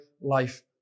life